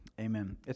Amen